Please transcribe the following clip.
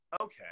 Okay